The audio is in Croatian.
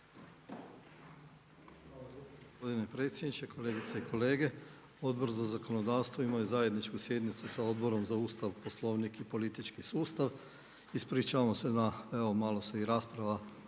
(HDZ)** Gospodine predsjedniče, kolegice i kolege Odbor za zakonodavstvo imao je zajedničku sjednicu sa Odborom za Ustav, Poslovnik i politički sustav. Ispričavam se na evo malo se i rasprava